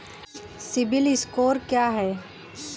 CIBIL score क्या है?